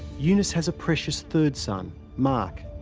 eunice has a precious third son, mark.